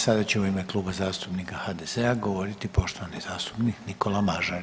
Sada će u ime Kluba zastupnika HDZ-a govoriti poštovani zastupnik Nikola Mažar.